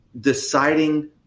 deciding